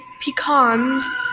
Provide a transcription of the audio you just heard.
pecans